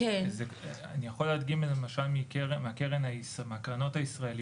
אני יכול להדגים למשל מהקרנות הישראליות,